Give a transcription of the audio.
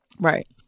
right